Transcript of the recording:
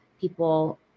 people